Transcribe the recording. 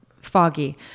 foggy